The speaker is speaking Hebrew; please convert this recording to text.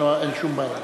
ואין שום בעיה.